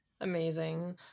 amazing